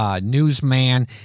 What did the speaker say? newsman